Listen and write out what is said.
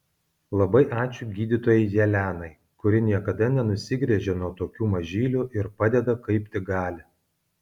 labai ačiū gydytojai jelenai kuri niekada nenusigręžia nuo tokių mažylių ir padeda kaip tik gali